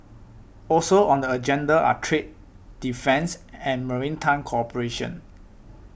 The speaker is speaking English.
also on the agenda are trade defence and maritime cooperation